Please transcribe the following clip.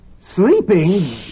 Sleeping